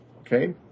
Okay